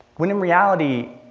when in reality,